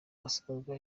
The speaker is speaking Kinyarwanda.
asanzwe